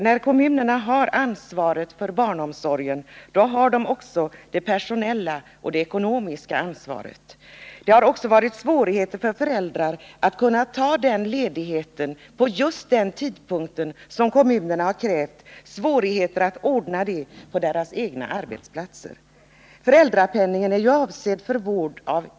När kommunerna har ansvaret för barnomsorgen har de också det personella och det ekonomiska ansvaret. Det har också varit svårt för föräldrarna att kunna ta ut denna ledighet vid just den tidpunkt som kommunerna har krävt. Det har varit svårt att ordna det på föräldrarnas arbetsplatser. Föräldrapenningen är avsedd för vård av eget barn.